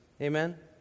Amen